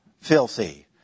filthy